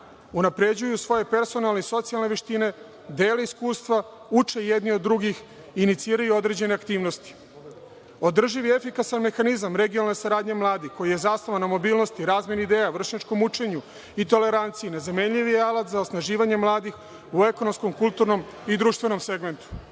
unapređuju svoje personalne i socijalne veštine, dele iskustva, uče jedni od drugih i iniciraju određene aktivnosti. Održiv je efikasan mehanizam regionalne saradnje mladih, koji je zasnovan na mobilnosti razmeni ideja, vršnjačkom učenju i toleranciji, i nezamenljiv je alat za osnaživanje mladih u ekonomskom, kulturnom i društvenom